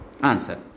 Answer